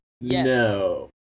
No